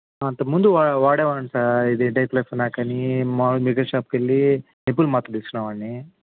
అంతకముందు వా వాడేవాడిని సార్ ఇది డైక్లోఫెనాక్ అని మాములు మెడికల్ షాప్కి వెళ్ళి నొప్పుల మాత్రలు తీసుకునేవాడిని